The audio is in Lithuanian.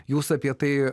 jūs apie tai